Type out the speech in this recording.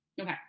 Okay